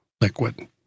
liquid